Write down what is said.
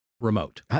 remote